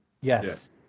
yes